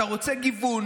אתה רוצה גיוון?